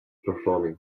performing